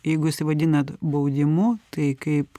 jeigu vadinat baudimu tai kaip